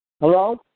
Hello